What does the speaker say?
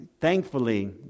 thankfully